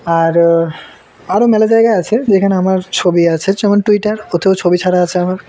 আর আরও মেলা জায়গা আছে যেখানে আমার ছবি আছে যেমন টুইটার ওতেও ছবি ছাড়া আছে আমার